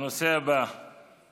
אי-אפשר, אפשר רק שניים.